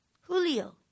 Julio